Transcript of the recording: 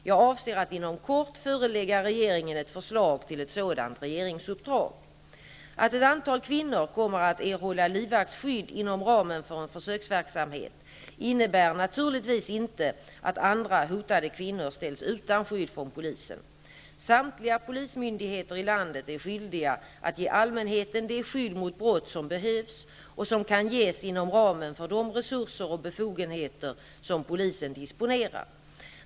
Jag avser att inom kort förelägga regeringen ett förslag till ett sådant regeringsuppdrag. Att ett antal kvinnor kommer att erhålla livvaktsskydd inom ramen för en försöksverksamhet innebär naturligtvis inte att andra hotade kvinnor ställs utan skydd från polisen. Samtliga polismyndigheter i landet är skyldiga att ge allmänheten det skydd mot brott som behövs och som kan ges inom ramen för de resurser och befogenheter som polisen disponerar.